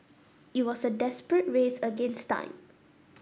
it was a desperate race against time